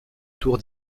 tour